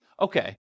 okay